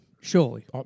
Surely